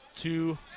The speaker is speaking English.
two